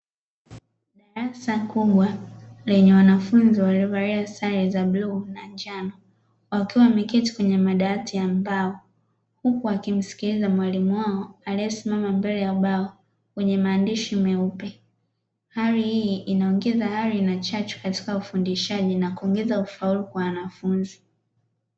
Darasa kubwa lenye wanafunzi waliovalia sare za bluu na njano wakiwa wameketi kwenye madawati ya mbao, huku wakimsikiliza mwalimu wao aliyesimama mbele ya ubao kwenye maandishi meupe. Hali hii inaongeza hali na chachu katika ufundishaji na kuongeza ufaulu kwa wanafunzi.